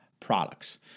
products